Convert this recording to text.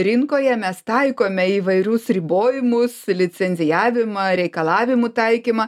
rinkoje mes taikome įvairius ribojimus licencijavimą reikalavimų taikymą